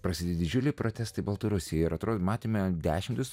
prasidės didžiuliai protestai baltarusijoje ir atrodo matėme dešimtis